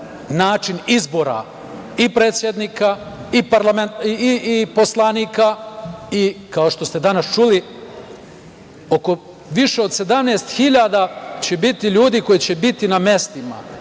način izbora i predsednika i poslanika. Kao što ste danas čuli, više od 17.000 će biti ljudi koji će biti na mestima